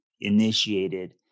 initiated